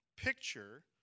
picture